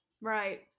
Right